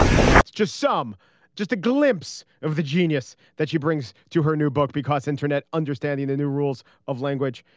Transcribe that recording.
and that's just some just a glimpse of the genius that she brings to her new book because internet understanding the new rules of language.